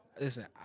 listen